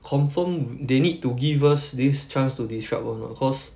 confirm they need to give us this chance to disrupt or not cause